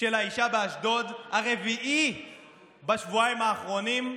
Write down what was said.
של האישה באשדוד, הרביעי בשבועיים האחרונים,